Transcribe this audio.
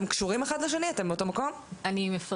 בואו נציב שם עמדות כל שני קילומטר שיישב שם אדם מקצוען,